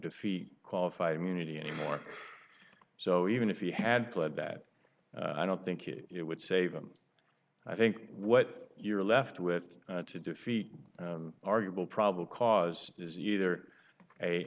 defeat qualified immunity anymore so even if he had pled that i don't think it would save him i think what you're left with to defeat arguable probable cause is either a